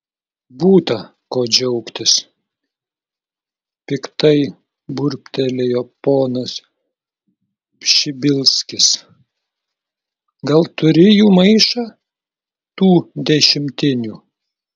būta ko džiaugtis piktai burbtelėjo ponas pšibilskis gal turi jų maišą tų dešimtinių